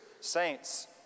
saints